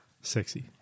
Sexy